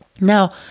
Now